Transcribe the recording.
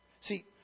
See